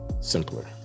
simpler